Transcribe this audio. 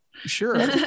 sure